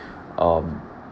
um